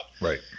Right